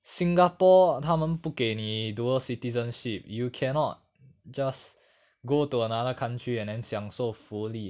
singapore 它们不给你 dual citizenship you cannot just go to another country and 享受福利